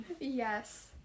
Yes